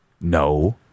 No